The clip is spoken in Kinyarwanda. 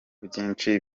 byinshi